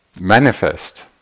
manifest